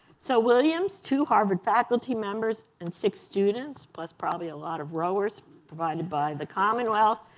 so williams, two harvard faculty members, and six students plus probably a lot of rowers provided by the commonwealth,